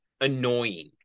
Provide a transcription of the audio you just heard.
annoying